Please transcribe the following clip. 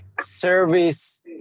service